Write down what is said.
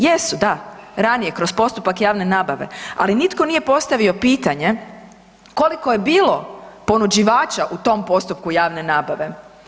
Jesu da ranije kroz postupak javne nabave, ali nitko nije postavio pitanje koliko je bilo ponuđivača u tom postupku javne nabave?